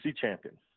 champions